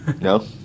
No